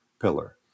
pillar